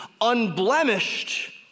unblemished